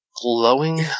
glowing